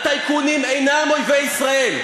הטייקונים אינם אויבי ישראל.